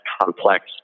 complex